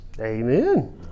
Amen